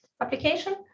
application